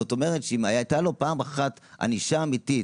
זאת אומרת שאם הייתה לו פעם אחת ענישה אמיתית